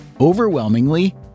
overwhelmingly